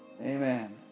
Amen